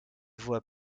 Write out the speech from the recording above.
voie